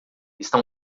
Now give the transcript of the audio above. está